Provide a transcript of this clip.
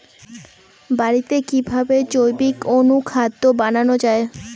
বাড়িতে কিভাবে জৈবিক অনুখাদ্য বানানো যায়?